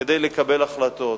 כדי לקבל החלטות.